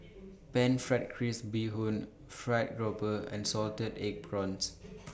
Pan Fried Crispy Bee Hoon Fried Grouper and Salted Egg Prawns